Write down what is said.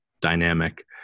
dynamic